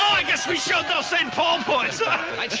i guess we showed those saint paul boys.